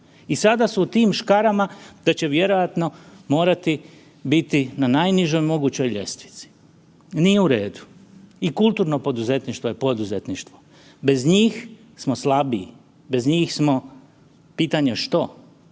i sada su u tim škarama da će vjerojatno morati biti na najnižoj mogućoj ljestvici. Nije u redu. I kulturno poduzetništvo je poduzetništvo, bez njih smo slabiji, bez njih smo pitanje što,